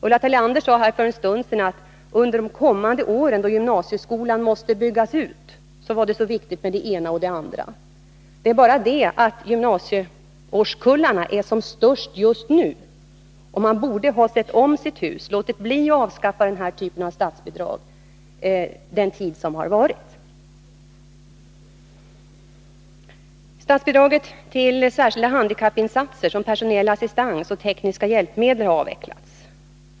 Ulla Tillander sade här för en stund sedan att det under de kommande åren, då gymnasieskolan måste byggas ut, var så viktigt med det ena och det andra. Det är bara det att årskullarna i gymnasiet är som störst just nu, och man borde tidigare ha sett om sitt hus, t.ex. låtit bli att avskaffa statsbidrag till lokaler och nybyggande. Statsbidraget till särskilda handikappinsatser, som personell assistans och tekniska hjälpmedel, har avvecklats.